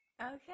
okay